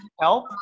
help